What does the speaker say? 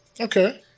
Okay